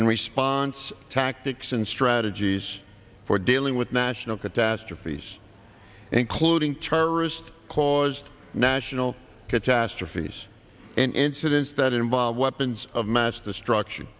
in response tactics and strategies for dealing with national catastrophes including terrorist caused national catastrophes and incidents that involve weapons of mass destruction